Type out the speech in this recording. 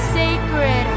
sacred